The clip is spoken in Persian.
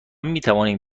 میتوانیم